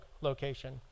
location